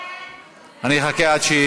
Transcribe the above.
אני אחכה עד,